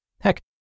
Heck